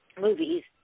movies